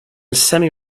semi